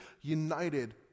united